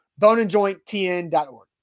Boneandjointtn.org